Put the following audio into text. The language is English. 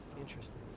Interesting